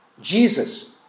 Jesus